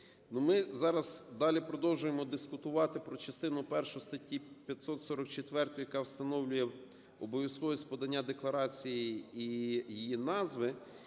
ми зараз далі продовжуємо дискутувати про частину першу статті 544, яка встановлює обов'язковість подання декларацій, і її назви.